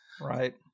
Right